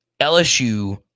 LSU